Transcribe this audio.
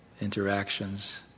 interactions